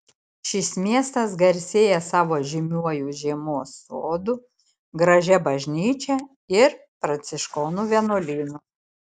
šis miestas garsėja savo žymiuoju žiemos sodu gražia bažnyčia ir pranciškonų vienuolynu